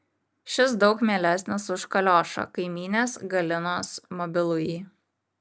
šis daug mielesnis už kaliošą kaimynės galinos mobilųjį